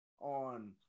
on